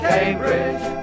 Cambridge